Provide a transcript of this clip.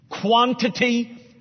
Quantity